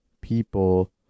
people